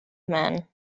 man